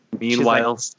Meanwhile